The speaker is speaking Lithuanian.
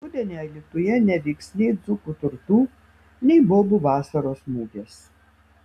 rudenį alytuje nevyks nei dzūkų turtų nei bobų vasaros mugės